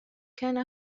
كان